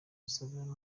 instagram